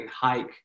hike